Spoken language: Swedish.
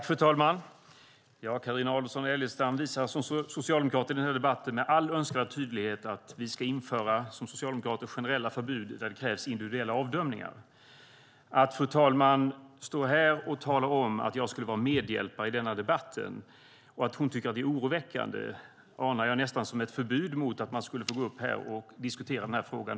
Fru talman! Carina Adolfsson Elgestam visar som socialdemokrat i den här debatten med all önskvärd tydlighet att Socialdemokraterna vill införa generella förbud där det krävs individuella avdömningar. Att stå här och tala om att jag skulle vara medhjälpare i denna debatt och att hon tycker att det är oroväckande anar jag nästan som ett förbud mot att man skulle få gå upp här och diskutera den här frågan.